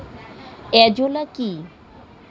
Azolla কি?